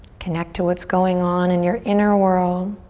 connect to what's going on in your inner world.